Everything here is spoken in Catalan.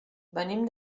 venim